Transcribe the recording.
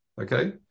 Okay